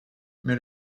mais